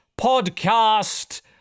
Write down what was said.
podcast